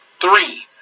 Three